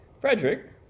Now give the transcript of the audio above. Frederick